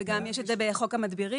וגם יש את זה בחוק המדבירים.